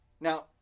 Now